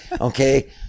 Okay